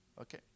Okay